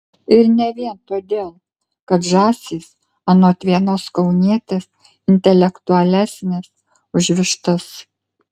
ir ne vien todėl kad žąsys anot vienos kaunietės intelektualesnės už vištas